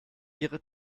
ihre